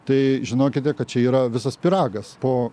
tai žinokite kad čia yra visas pyragas po